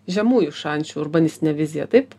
žemųjų šančių urbanistinę viziją taip